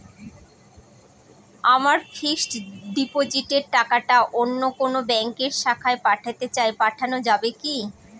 আমার ফিক্সট ডিপোজিটের টাকাটা অন্য কোন ব্যঙ্কের শাখায় পাঠাতে চাই পাঠানো যাবে কি?